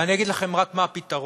ואני אגיד לכם רק מה הפתרון: